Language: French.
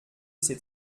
ces